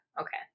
okay